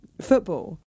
football